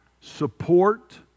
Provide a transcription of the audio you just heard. support